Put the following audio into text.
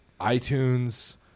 itunes